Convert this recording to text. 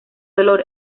dolor